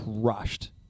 crushed